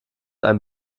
ein